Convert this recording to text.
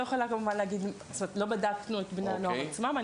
לא בדקנו את בני הנוער עצמם.